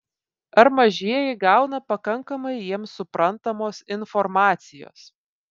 ar mažieji gauna pakankamai jiems suprantamos informacijos